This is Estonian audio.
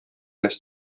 üles